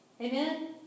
Amen